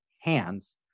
hands